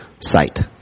site